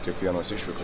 kiekvienos išvykos